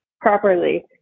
properly